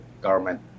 government